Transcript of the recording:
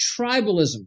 tribalism